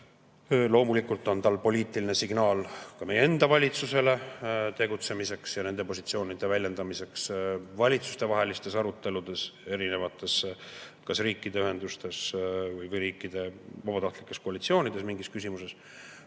loomulikult poliitiline signaal ka meie enda valitsusele tegutsemiseks ja nende positsioonide väljendamiseks valitsustevahelistes aruteludes kas riikide ühendustes või vabatahtlikes koalitsioonides mingis küsimuses.